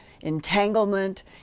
entanglement